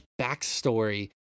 backstory